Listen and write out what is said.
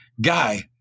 guy